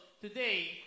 today